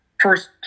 first